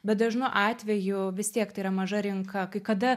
bet dažnu atveju vis tiek tai yra maža rinka kai kada